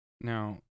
Now